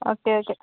okay okay